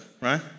right